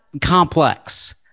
complex